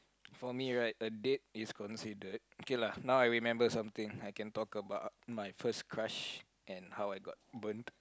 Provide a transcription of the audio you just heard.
for me right a date is considered okay lah now I remember something I can talk about my first crush and how I got burned